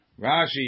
Rashi